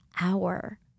hour